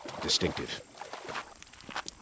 distinctive